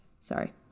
Sorry